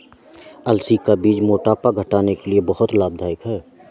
अलसी का बीज मोटापा घटाने के लिए बहुत लाभदायक है